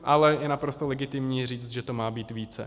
Ale je naprosto legitimní říct, že to má být více.